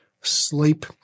sleep